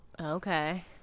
Okay